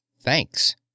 Thanks